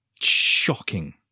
shocking